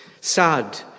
Sad